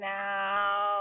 now